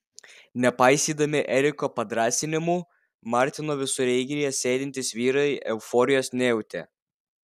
nepaisydami eriko padrąsinimų martino visureigyje sėdintys vyrai euforijos nejautė